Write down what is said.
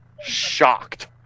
shocked